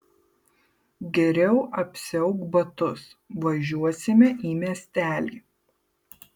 geriau apsiauk batus važiuosime į miestelį